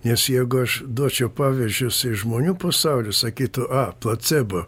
nes jeigu aš duočiau pavyzdžius iš žmonių pasaulis sakytų a placebo